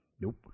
nope